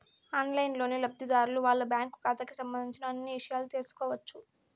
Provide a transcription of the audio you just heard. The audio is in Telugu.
ఆన్లైన్లోనే లబ్ధిదారులు వాళ్ళ బ్యాంకు ఖాతాకి సంబంధించిన అన్ని ఇషయాలు తెలుసుకోవచ్చు